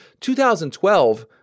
2012